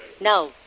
Now